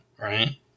right